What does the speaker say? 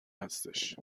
هستش